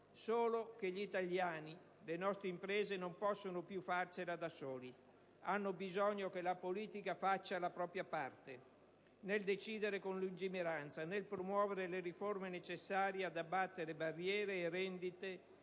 Solo che gli italiani, le nostre imprese non possono più farcela da soli. Hanno bisogno che la politica faccia la propria parte, decidendo con lungimiranza, promuovendo le riforme necessarie ad abbattere barriere e rendite